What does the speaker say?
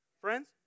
friends